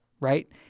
Right